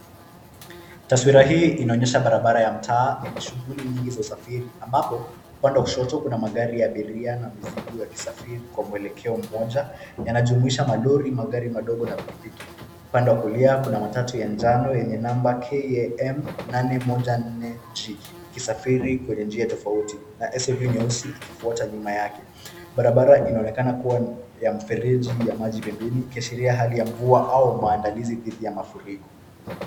Taswira hii inaonyesha barabara ya mtaa yenye shughuli nyingi za usafiri ambapo upande wa kushoto kuna magari ya abiria na mizigo yakisafiri kwa mwelekeo mmoja yanajumuhisha malori, magari madogo na pikipiki. Upande wa kulia kuna matatu ya njano likisafiri kwenye njia tofauti na gari nyeusi ikifuata nyuma yake.